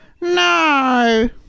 No